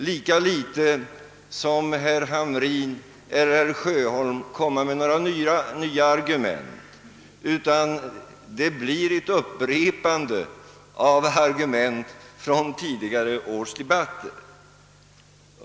Lika litet som herr Hamrin eller herr Sjöholm kan jag komma med några nya argument; det blir ett upprepande av argument från tidigare års debatter.